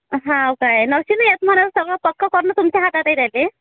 हाव काय नसेल येत म्हण सगळं पक्क करणं तुमच्या हातात आहे त्याचे